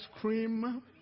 cream